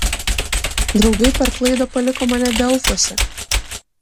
draugai per klaidą paliko mane delfuose